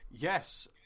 Yes